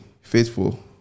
Faithful